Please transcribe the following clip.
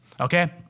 okay